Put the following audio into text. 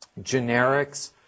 generics